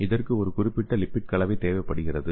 இதற்கு ஒரு குறிப்பிட்ட லிப்பிட் கலவை தேவைப்படுகிறது